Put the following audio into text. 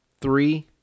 three